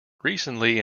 recently